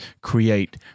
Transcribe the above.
create